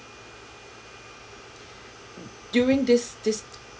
during this this